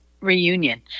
reunion